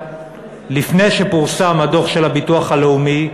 לפני שפורסם הדוח של הביטוח הלאומי,